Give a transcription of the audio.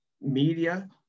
media